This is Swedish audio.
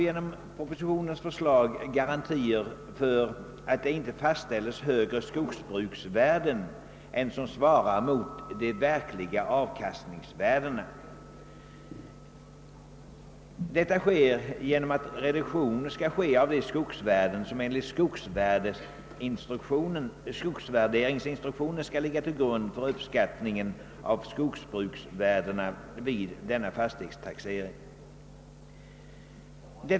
Enligt propositionens förslag får man garantie; för att det inte fastställs högre skogsbruksvärden än vad som svarar mot de verkliga avkastningsvärdena. Detta sker genom reduktion av de skogsvärden som enligt skogsvärderingsinstruktionen skall ligga till grund för uppskattningen av skogsbruksvärdena vid denna fastighetstaxering.